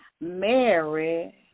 Mary